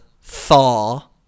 far